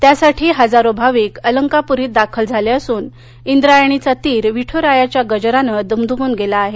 त्यासाठी हजारो भाविक अलंकापूरीत दाखल झाले असन इंद्रायणीचा तीर विठरायाच्या गजरानं द्मद्मन गेला आहे